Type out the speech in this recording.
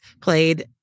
played